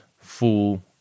full